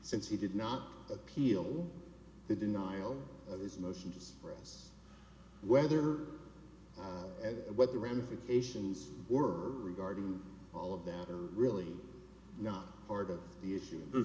since he did not appeal the denial of his motions rights whether what the ramifications were regarding all of that are really not part of the issue the